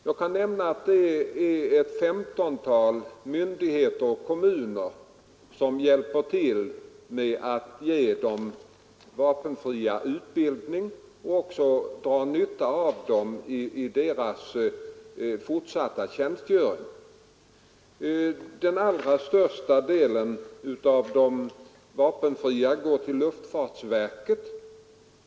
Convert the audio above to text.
Jag kan nämna att det är ett 15-tal myndigheter och kommuner som hjälper till med att ge de vapenfria utbildning och även drar nytta av dem i deras fortsatta tjänstgöring. Den allra största delen av de vapenfria går till luftfartsverket.